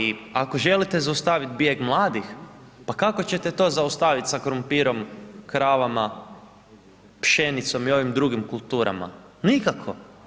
I ako želite zaustaviti bijeg mladih, pa kako ćete to zaustaviti sa krumpirom, kravama, pšenicom i ovim drugim kulturama, nikako.